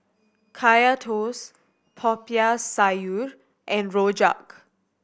Kaya Toast Popiah Sayur and rojak